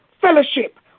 fellowship